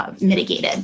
mitigated